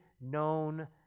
known